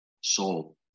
Soul